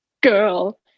girl